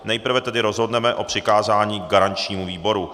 Nejprve tedy rozhodneme o přikázání garančnímu výboru.